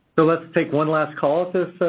let's take one last call